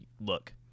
look